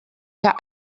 der